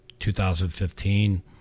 2015